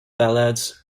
ballads